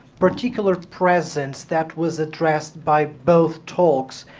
particular presence that was addressed by both talks.